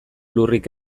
lurrik